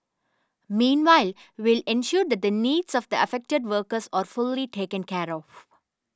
meanwhile will ensure that the needs of the affected workers are fully taken care of